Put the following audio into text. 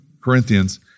Corinthians